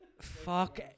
Fuck